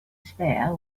spared